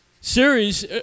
series